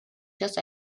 just